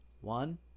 One